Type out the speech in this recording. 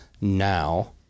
now